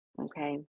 Okay